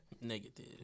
Negative